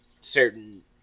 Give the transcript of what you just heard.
certain